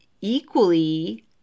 equally